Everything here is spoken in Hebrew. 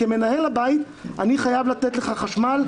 כמנהל הבית אני חייב לתת לך חשמל,